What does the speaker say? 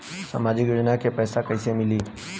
सामाजिक योजना के पैसा कइसे मिली?